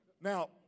Now